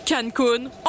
Cancun